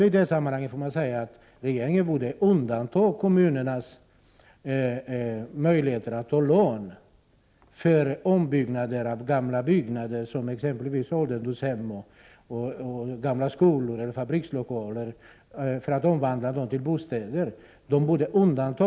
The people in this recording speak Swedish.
I det sammanhanget borde regeringen låta kommunerna undantas från förslaget om ökad ränta för lån för ombyggnader, så att kommunerna kan bygga om exempelvis ålderdomshem, gamla skolor och fabrikslokaler till bostäder.